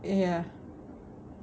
ya